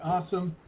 Awesome